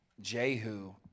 Jehu